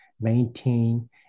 maintain